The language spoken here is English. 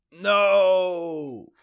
No